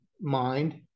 mind